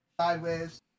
sideways